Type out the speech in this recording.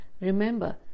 Remember